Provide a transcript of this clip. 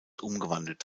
umgewandelt